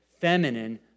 feminine